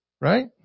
Right